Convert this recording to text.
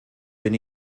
bin